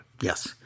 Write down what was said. Yes